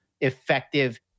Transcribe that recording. effective